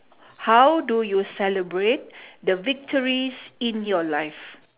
how do you celebrate the victories in your life